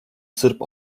sırp